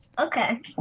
Okay